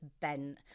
bent